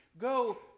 Go